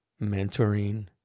Mentoring